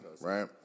right